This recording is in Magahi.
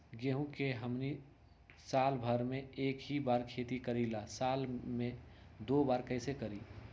गेंहू के हमनी साल भर मे एक बार ही खेती करीला साल में दो बार कैसे करी?